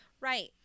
right